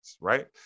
right